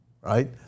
right